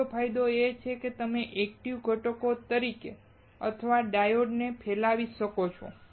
ત્રીજો ફાયદો એ છે કે તમે એક્ટિવ ઘટકો તરીકે ટ્રાંઝિસ્ટર અથવા ડાયોડ્સ ને ફેલાવી શકો છો